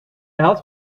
had